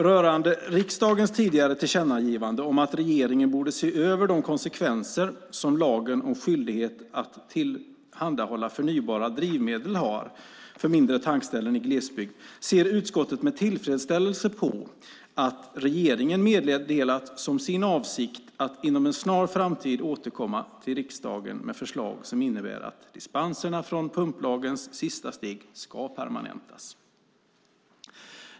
Rörande riksdagens tidigare tillkännagivande om att regeringen borde se över de konsekvenser som lagen om skyldighet att tillhandahålla förnybara drivmedel har för mindre tankställen i glesbygd ser utskottet med tillfredsställelse på att regeringen meddelat sin avsikt att inom en snar framtid återkomma till riksdagen med förslag som innebär att dispenserna från pumplagens sista steg ska permanentas.